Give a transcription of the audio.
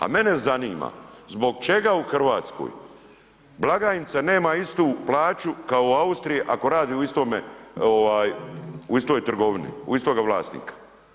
A mene zanima zbog čega u Hrvatskoj blagajnica nema istu plaću kao u Austriji ako radi u istoj trgovini istoga vlasnika?